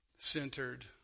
Centered